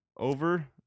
Over